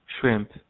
shrimp